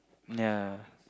ya